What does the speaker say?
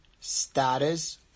status